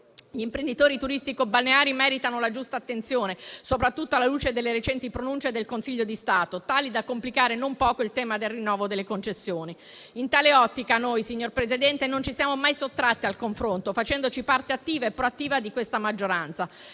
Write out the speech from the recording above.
Gli imprenditori turistico-balneari meritano la giusta attenzione, soprattutto alla luce delle recenti pronunce del Consiglio di Stato, tali da complicare non poco il tema del rinnovo delle concessioni. In tale ottica, noi non ci siamo mai sottratti al confronto, facendoci parte attive e proattiva di questa maggioranza.